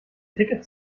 tickets